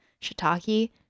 shiitake